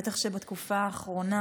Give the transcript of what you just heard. בטח בתקופה האחרונה,